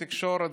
תקשורת,